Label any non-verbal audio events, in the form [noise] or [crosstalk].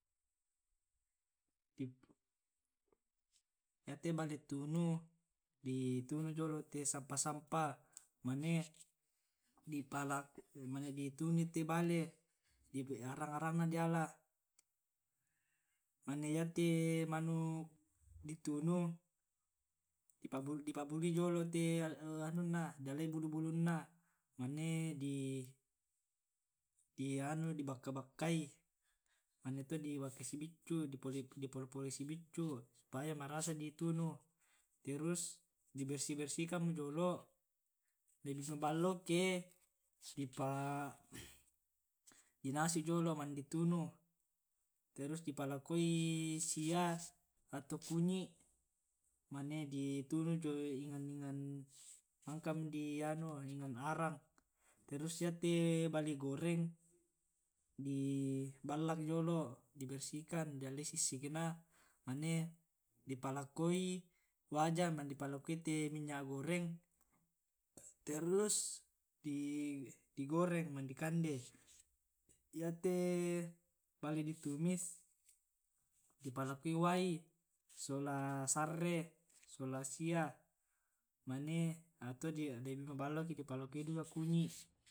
Iyate bale tunu ditunu jolo' te sampah-sampah mane [hesitation] mane di tunu i te bale arang-arang na diala. mane yate manuk di tunu di pabului jolo te anunna di alai bulu-bulunna mane di anu di bakka-bakkai mane to di bakkai sibeccu di polo-polo sibeccu supaya marasa ditunu teru di bersih-bersihkan mo jolo' lebih ma ballo ke [hesitation] dinasui jolo' mane di tunu terus di palakoi sia atau kunyi' mane di tunu jio enang-enang mangka mo di anu enang arang, terus yate bale goreng di ballak jolo' di bersihkan dialai sissikna mane dipalakoi wajan mane di palakoite minyak goreng terus di goreng mane di kande, yate bale di tumis dipalkoi wai sola sarre sola sia mane atau lebih maballo eke di palakoi duka kunyi' [hesitation]